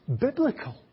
biblical